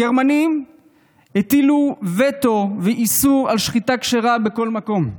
הגרמנים הטילו וטו ואיסור על שחיטה כשרה בכל מקום.